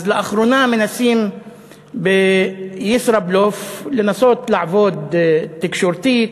אז לאחרונה מנסים בישראבלוף לנסות לעבוד תקשורתית,